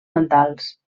mentals